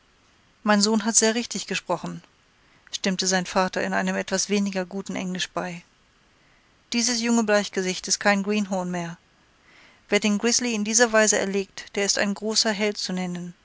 mein sohn hat sehr richtig gesprochen stimmte sein vater in einem etwas weniger guten englisch bei dieses junge bleichgesicht ist kein greenhorn mehr wer den grizzly in dieser weise erlegt der ist ein großer held zu nennen